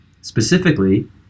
Specifically